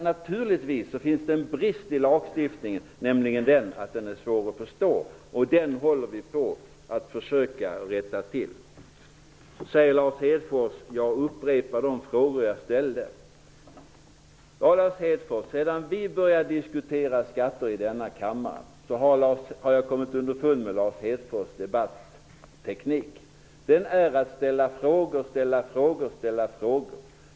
Naturligtvis finns det en brist i lagstiftningen, nämligen att den är svår att förstå. Det håller vi på att försöka rätta till. Lars Hedfors säger att han upprepar de frågor som han har ställt tidigare. Sedan vi började diskutera skattefrågor i denna kammare, har jag kommit underfund med Lars Hedfors debatteknik. Den innebär att han ställer frågor, ställer frågor och ställer frågor.